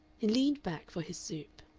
he leaned back for his soup.